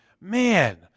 Man